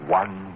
one